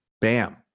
bam